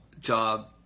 job